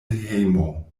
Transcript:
hejmo